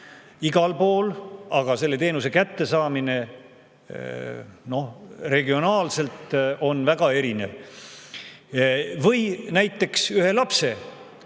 igal pool, aga selle teenuse kättesaamine regionaalselt on väga erinev. Või näiteks ühe lapse